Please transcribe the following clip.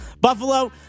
Buffalo